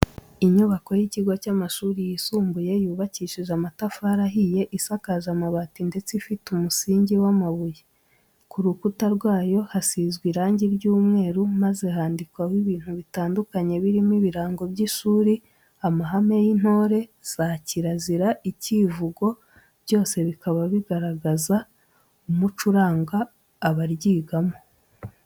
Inyubako y'ikigo cy'amashuri yisumbuye yubakishije amatafari ahiye, isakaje amabati ndetse ifite umusingi w'amabuye, ku rukuta rwayo hasizwe irangi ry'umweru maze handikwaho ibintu bitandukanye birimo ibirango by'ishuri, amahame y'intore, za kirazira, icyivugo byose bikaba bigaragaza umuco uranga abaryigamo.